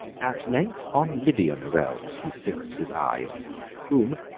at length on libyan realms he fix'd his eyes whom,